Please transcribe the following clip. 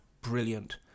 brilliant